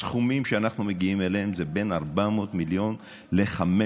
הסכומים שאנחנו מגיעים אליהם זה בין 400 מיליון ל-500,